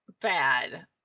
bad